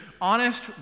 honest